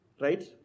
right